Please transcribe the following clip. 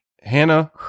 Hannah